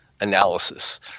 analysis